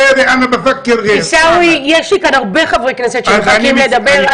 יש לי כאן הרבה חברי כנסת שמחכים לדבר,